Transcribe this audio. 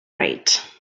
right